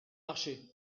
marcher